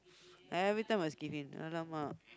everytime must give in !alamak!